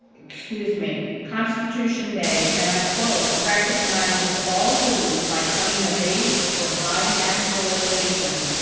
excuse me, constitution day, and i quote, recognizes all who, by coming of age or by naturalization,